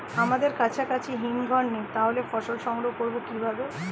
আমাদের কাছাকাছি হিমঘর নেই তাহলে ফসল সংগ্রহ করবো কিভাবে?